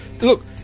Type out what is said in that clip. Look